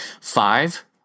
Five